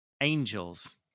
angels